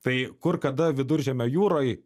tai kur kada viduržemio jūroj